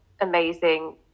amazing